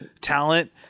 talent